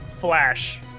flash